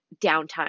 downtime